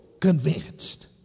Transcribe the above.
convinced